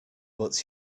but